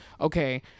okay